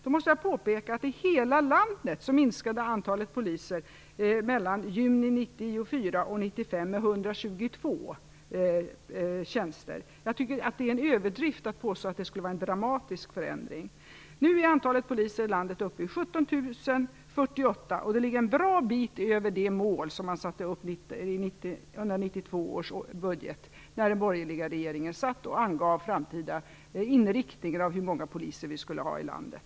Då måste jag påpeka att i hela landet minskade antalet polistjänster med 122 mellan juni 1994 och juni 1995. Det är en överdrift att påstå att det skulle vara en dramatisk förändring. Nu är antalet poliser i landet uppe i 17 048. Det ligger en bra bit över det mål som sattes upp av den borgerliga regeringen i 1992 års budget, då man angav riktningen för hur många poliser vi skulle ha i landet.